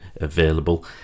available